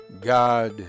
God